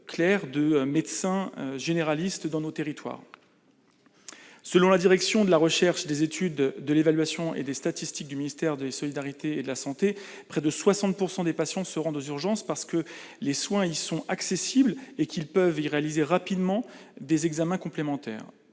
de médecins généralistes dans nos territoires. Selon la direction de la recherche, des études, de l'évaluation et des statistiques du ministère des solidarités et de la santé, près de 60 % des patients se rendent aux urgences parce que les soins y sont accessibles et qu'ils peuvent y réaliser rapidement des examens complémentaires.